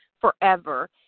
forever